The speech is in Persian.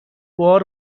بار